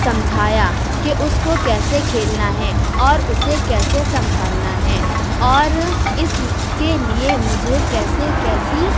سمجھایا کہ اس کو کیسے کھیلنا ہے اور اسے کیسے سنبھالنا ہے اور اس کے لیے مجھے کیسے کیسی